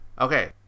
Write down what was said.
Okay